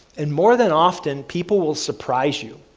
and more than often, people will surprise you.